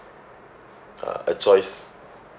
uh a choice